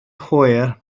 hwyr